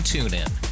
TuneIn